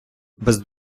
без